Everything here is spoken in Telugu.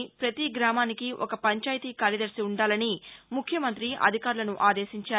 పతి గ్రామానికి ఒక పంచాయతీ కార్యదర్శి ఉండాలని ముఖ్యమంత్రి అధికారులను ఆదేశించారు